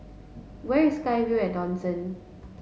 where is SkyVille at Dawson